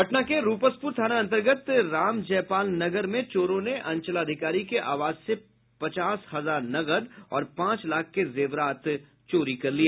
पटना के रूपसपूर थाना अंतर्गत रामजयपाल नगर में चोरों ने अंचलाधिकारी के आवास से पचास हजार नकद और पांच लाख के जेवरात चोरी कर लिया